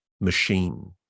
machine